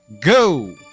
go